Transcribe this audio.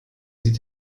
sie